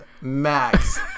max